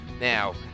Now